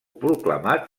proclamat